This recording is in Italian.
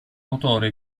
autore